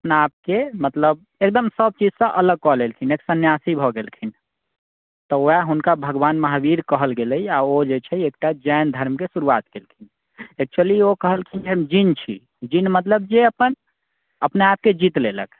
अपना आपके मतलब एकदम सभचीजसँ अलग कऽ लेलखिन एक सन्यासी भए गेलखिन तऽ ओएह हुनका भगवान महावीर कहल गेलै आ ओ जे छै एकटा जैन धर्मके शुरुआत केलखिन एक्चुअली ओ कहलखिन कि जे हम जीन छी जीन मतलब जे अपन अपने आपके जीत लेलक